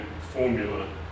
formula